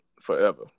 forever